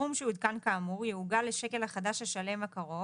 סכום שעודכן כאמור יעוגל לשקל החדש השלם קרוב